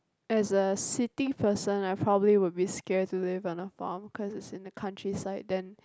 as a city person I probably will be scared to live on the farm cause it's in the countryside then